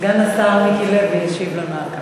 סגן השר מיקי לוי, ישיב לנו על כך.